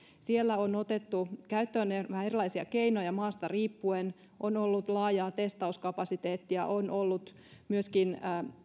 siellä on otettu käyttöön vähän erilaisia keinoja maasta riippuen on ollut laajaa testauskapasiteettia on ollut myöskin